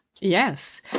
Yes